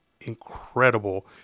incredible